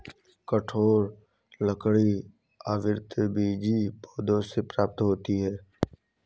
कठोर लकड़ी आवृतबीजी पौधों से प्राप्त होते हैं